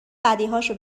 بدیهاشو